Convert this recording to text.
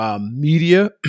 Media